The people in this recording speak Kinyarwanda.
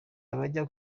abajya